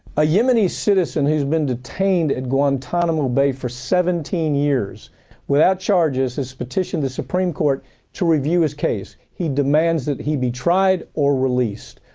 a yemeni citizen who's been detained at guantanamo bay for seventeen years without charges, has petitioned the supreme court to review his case. he demands that he be tried or released.